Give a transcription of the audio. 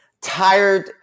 tired